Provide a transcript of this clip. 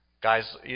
Guys